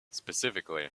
specifically